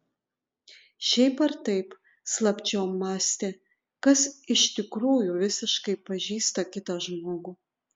šiaip ar taip slapčiom mąstė kas iš tikrųjų visiškai pažįsta kitą žmogų